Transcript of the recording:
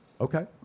Okay